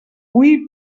hui